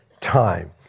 time